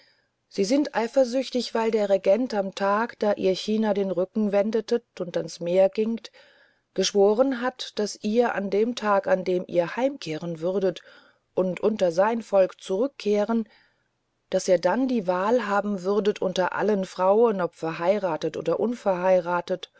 sie sind eifersüchtig weil der regent am tag da ihr china den rücken wendetet und ans meer gingt geschworen hat daß ihr an dem tag an dem ihr umkehren würdet und unter sein volk zurückkehren daß ihr dann die wahl haben würdet unter allen frauen ob verheiratet oder unverheiratet